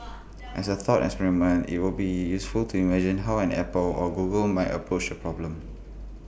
as A thought experiment IT would be useful to imagine how an Apple or Google might approach the problem